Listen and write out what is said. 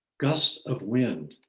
gust of wind,